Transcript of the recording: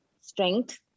strength